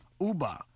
Uber